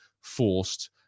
forced